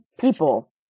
people